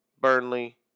Burnley